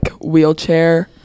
wheelchair –